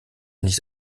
nicht